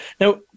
now